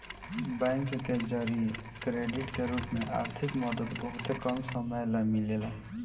bank के जरिया credit के रूप में आर्थिक मदद बहुते कम समय ला मिलेला